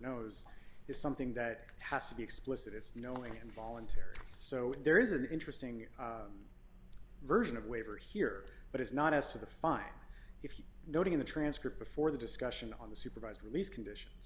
knows is something that has to be explicit it's snowing involuntary so there is an interesting version of waiver here but it's not as to the fine if you note in the transcript before the discussion on the supervised release conditions